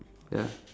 ya